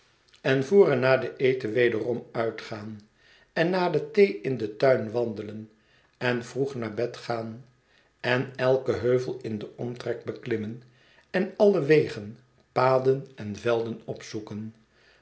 en na den eten wederom uitgaan en na de thee in den tuin wandelen en vroeg naar bed gaan en eiken heuvel in den omtrek beklimmen en alle wegen paden en velden opzoeken